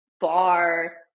bar